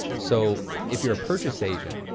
so if you're a purchase agent,